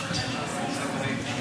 חברתי היושבת בראש,